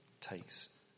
takes